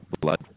blood